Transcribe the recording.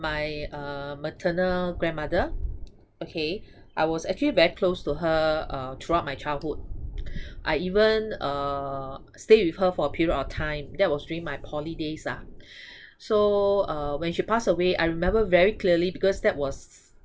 my uh maternal grandmother okay I was actually very close to her uh throughout my childhood I even uh stay with her for a period of time that was during my poly days lah so when she passed away I remember very clearly because that was